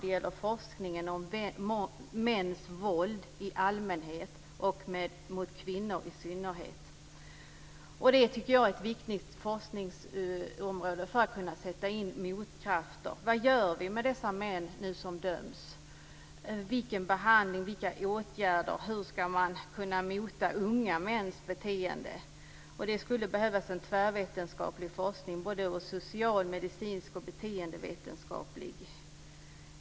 Den gäller forskningen om mäns våld i allmänhet och mot kvinnor i synnerhet. Det tycker jag är ett viktigt forskningsområde för att kunna sätta in motkrafter. Vad gör vi med dessa män som döms? Vilken behandling och vilka åtgärder ska kunna mota unga mäns beteende? Det skulle behövas en tvärvetenskaplig forskning, både socialmedicinsk och beteendevetenskaplig.